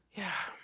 yeah.